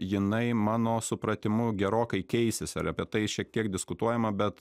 jinai mano supratimu gerokai keisis ar apie tai šiek tiek diskutuojama bet